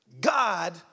God